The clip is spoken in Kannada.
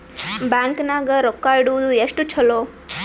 ಬ್ಯಾಂಕ್ ನಾಗ ರೊಕ್ಕ ಇಡುವುದು ಎಷ್ಟು ಚಲೋ?